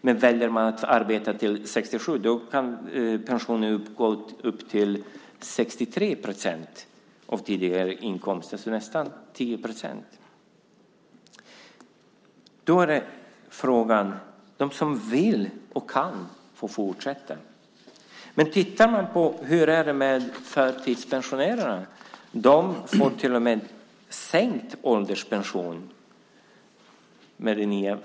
Men väljer man att arbeta till 67 kan pensionen uppgå till 63 procent av den tidigare inkomsten, så det är en skillnad på nästan 10 procent. Då är frågan vilka som vill och kan få fortsätta.